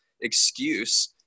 excuse